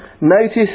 notice